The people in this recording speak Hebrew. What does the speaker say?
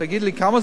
כמה זה עולה?